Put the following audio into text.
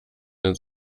ins